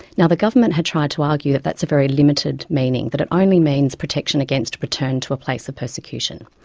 now, the government had tried to argue that that's a very limited meaning that it only means protection against return to the place of persecution.